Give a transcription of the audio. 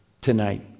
tonight